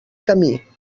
camí